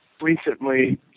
recently